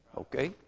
Okay